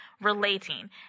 relating